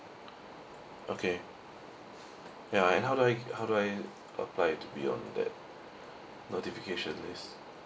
okay ya and how do I how do I apply to be on that notification list